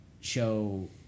show